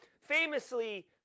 Famously